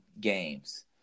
games